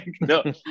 no